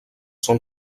són